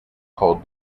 called